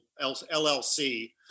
LLC